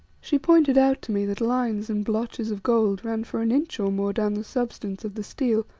she pointed out to me that lines and blotches of gold ran for an inch or more down the substance of the steel,